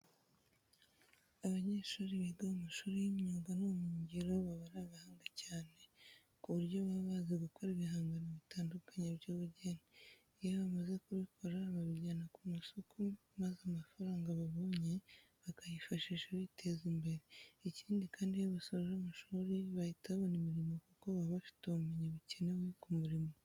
Abanyeshuri biga mu mashuri y'imyuga n'ubumenyingiro baba ari abahanga cyane ku buryo baba bazi gukora ibihangano bitandukanye by'ubugeni. Iyo bamaze kubikora babijyana ku masoko maza amafaranga babonye bakayifashisha biteza imbere. Ikindi kandi, iyo basoje amashuri bahita babona imirimo kuko baba bafite ubumenyi bukenewe ku murimo.